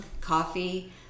coffee